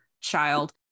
child